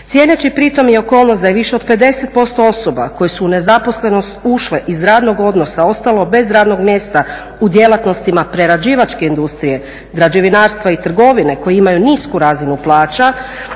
Cijeneći pritom i okolnost da je više od 50% osoba koje su u nezaposlenost ušle iz radnog odnosa ostalo bez radnog mjesta u djelatnostima prerađivačke industrije, građevinarstva i trgovine koji imaju nisku razinu plaća